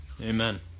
amen